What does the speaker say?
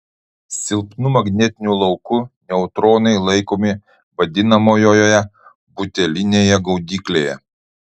silpnu magnetiniu lauku neutronai laikomi vadinamojoje butelinėje gaudyklėje